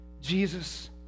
Jesus